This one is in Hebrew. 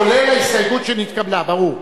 כולל ההסתייגות שנתקבלה, ברור.